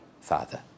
father